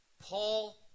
Paul